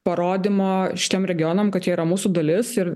parodymo šiem regionam kad jie yra mūsų dalis ir